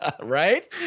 Right